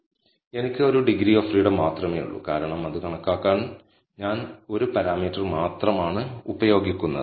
അതിനാൽ എനിക്ക് ഒരു ഡിഗ്രി ഫ്രീഡം മാത്രമേയുള്ളൂ കാരണം അത് കണക്കാക്കാൻ ഞാൻ ഒരു പരാമീറ്റർ മാത്രമാണ് ഉപയോഗിക്കുന്നത്